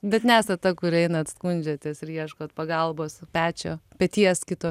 bet nesat ta kur einat skundžiatės ir ieškot pagalbos pečio peties kito